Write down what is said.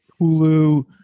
Hulu